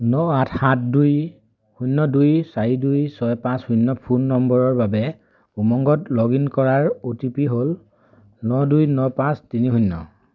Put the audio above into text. ন আঠ সাত দুই শূন্য দুই চাৰি দুই ছয় পাঁচ শূন্য ফোন নম্বৰৰ বাবে উমংগত লগ ইন কৰাৰ অ' টি পি হ'ল ন দুই ন পাঁচ তিনি শূন্য